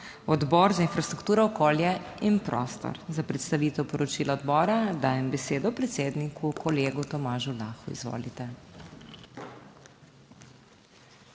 Odbor za infrastrukturo, okolje in prostor. Za predstavitev poročila odbora dajem besedo predsedniku, kolegu Tomažu Lahu, izvolite.